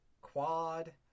quad